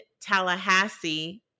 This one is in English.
Tallahassee